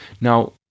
now